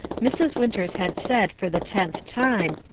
mrs. winters had said for the tenth time,